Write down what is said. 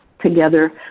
together